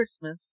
Christmas